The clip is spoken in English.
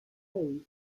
was